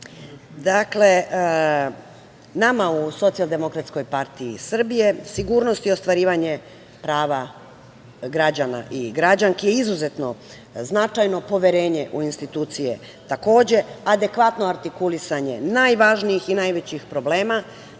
nama u Socijaldemokratskoj partiji Srbije sigurnost je ostvarivanje prava građana i građanki je izuzetno značajno, poverenje u institucije takođe, adekvatno artikulisanje najvažnijih i najvećih problema